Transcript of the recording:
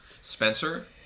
Spencer